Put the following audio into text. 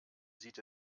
sieht